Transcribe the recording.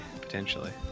potentially